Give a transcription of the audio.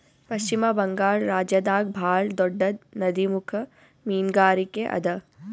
ಪಶ್ಚಿಮ ಬಂಗಾಳ್ ರಾಜ್ಯದಾಗ್ ಭಾಳ್ ದೊಡ್ಡದ್ ನದಿಮುಖ ಮೀನ್ಗಾರಿಕೆ ಅದಾ